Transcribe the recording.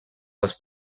les